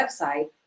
website